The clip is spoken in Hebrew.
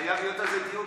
חייב להיות על זה דיון,